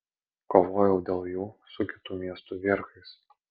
kovojau dėl jų su kitų miestų vierchais